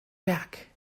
back